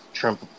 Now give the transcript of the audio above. Trump